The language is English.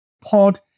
pod